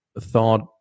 thought